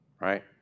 right